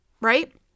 right